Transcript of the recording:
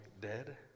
dead